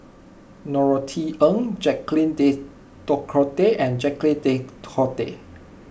Norothy Ng Jacques De Coutre De and Jacques De Coutre